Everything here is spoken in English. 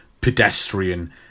pedestrian